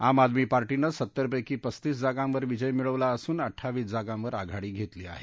आम आदमी पार्टीनं सत्तरपैकी पस्तीस जागांवर विजय मिळवला असून अड्डावीस जागांवर आघाडी घेतली आहे